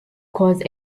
cause